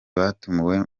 batumiwe